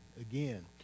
Again